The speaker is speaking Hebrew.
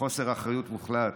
בחוסר אחריות מוחלט,